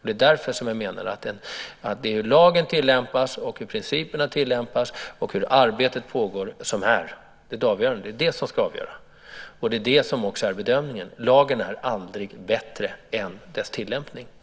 Det är därför som jag menar att det är hur lagen tillämpas, hur principerna tillämpas och hur arbetet pågår som är det avgörande. Det är det som ska avgöra. Det är också det som är bedömningen. Lagen är aldrig bättre än dess tillämpning.